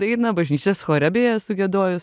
dainą bažnyčios chore beje esu giedojus